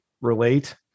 relate